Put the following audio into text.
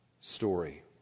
story